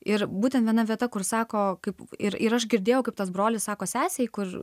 ir būtent viena vieta kur sako kaip ir ir aš girdėjau kaip tas brolis sako sesei kur